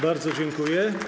Bardzo dziękuję.